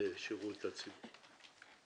בשירות הציבור.